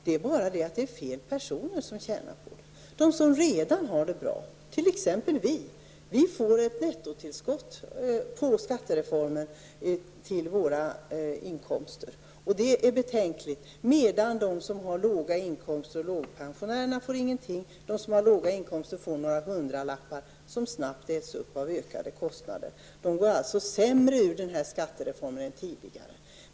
Det är bara det att det är fel personer som tjänar på den, de som redan har det bra -- t.ex. vi, som på grund av skattereformen får ett nettotillskott till våra inkomster. Det är betänkligt. ''Lågpensionärerna'' får ingenting, och de som har låga inkomster får några hundralappar, som snabbt äts upp av ökade kostnader. De får det alltså sämre efter den här skattereformen än tidigare.